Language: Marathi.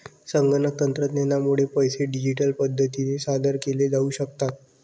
संगणक तंत्रज्ञानामुळे पैसे डिजिटल पद्धतीने सादर केले जाऊ शकतात